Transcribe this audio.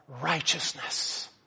righteousness